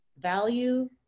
value